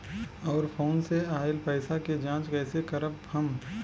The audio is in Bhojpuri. और फोन से आईल पैसा के जांच कैसे करब हम?